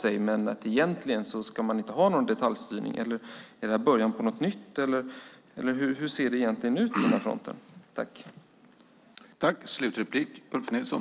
Ska man egentligen inte ha någon detaljstyrning eller är detta början på något nytt? Hur ser det i själva verket ut på den här fronten?